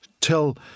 tell